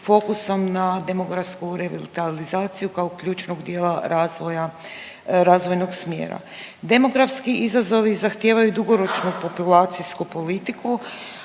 fokusom na demografsku revitalizaciju kao ključnog dijela razvoja razvojnog smjera. Demografski izazovi zahtijevaju dugoročnu populacijsku politiku,